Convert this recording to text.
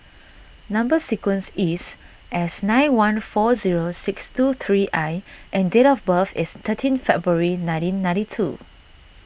Number Sequence is S nine one four zero six two three I and date of birth is thirteen February nineteen ninety two